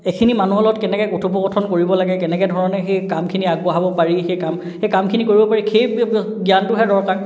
এখিনি মানুহৰ লগত কেনেকৈ কথোপকথন কৰিব লাগে কেনেকৈ ধৰণে সেই কামখিনি আগবঢ়াব পাৰি সেই কাম সেই কামখিনি কৰিব পাৰি সেই জ্ঞানটোহে দৰকাৰ